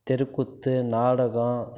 தெருக்கூத்து நாடகம்